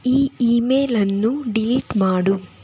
ಈ ಇಮೇಲನ್ನು ಡಿಲೀಟ್ ಮಾಡು